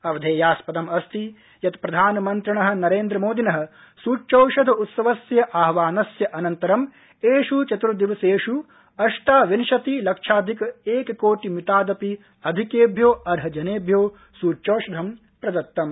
अवधेयासपदम अस्ति यत् प्रधानमन्त्रिण नरेन्द्रमोदिन सुच्यौषध उत्सवस्य आह्वानस्य अनन्तरं एष् चतुर्दिवसेष् अष्टाविंशति लक्षाधिक एककोटि मितादपि अधिकेभ्यो अर्ह जनेभ्यो सुच्यौषधं प्रदत्तम्